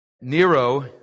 Nero